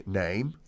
name